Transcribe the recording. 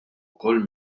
ukoll